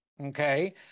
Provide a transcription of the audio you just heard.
okay